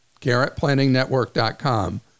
garrettplanningnetwork.com